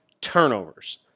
turnovers